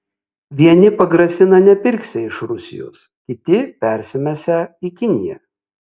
vieni pagrasina nepirksią iš rusijos kiti persimesią į kiniją